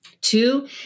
two